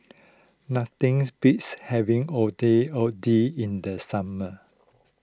nothings beats having Ondeh Ondeh in the summer